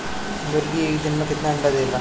मुर्गी एक दिन मे कितना अंडा देला?